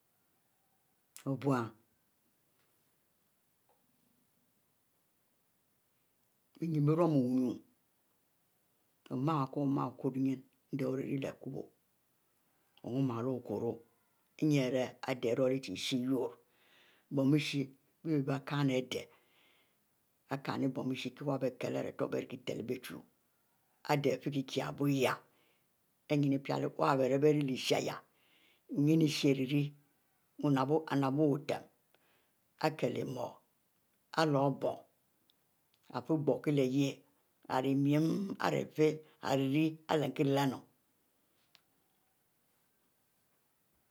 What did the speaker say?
Oh obyin bie ninne bie rumu biu wunyu oma ko ma choro bie ninne endieh ori-rie leh kubo ori mele okuro ininne ari rie ade ari ruileh chie urie chie ishieh iwuri mulshieh bie bie kinnu ade, bie kinnu bon|shieh kie-kieh bie kile ari bierie telu bie chu ade ifie kieh iyah leh nine ipicle wub ari bie rie lyshieh wu ninne isheih ari rie ari nepbou bui tem ari kielu imor ari loro bum ari fie ghori kie leh leh, ari mie ninn